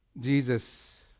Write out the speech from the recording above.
Jesus